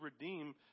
redeem